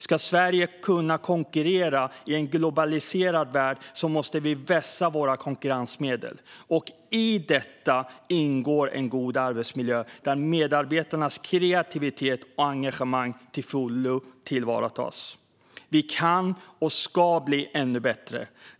Ska Sverige kunna konkurrera i en globaliserad värld måste vi vässa våra konkurrensmedel, och i detta ingår en god arbetsmiljö där medarbetarnas kreativitet och engagemang till fullo tillvaratas. Vi kan och ska bli ännu bättre!